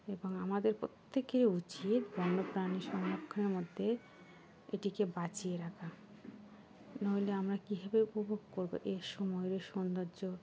এবং আমাদের প্রত্যেকেরই উচিত বন্যপ্রাণী সংরক্ষণের মধ্যে এটিকে বাঁচিয়ে রাখা নহলে আমরা কীভাবে উপভোগ করবো এর সময়ের সৌন্দর্য